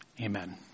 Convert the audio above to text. Amen